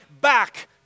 back